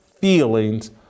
feelings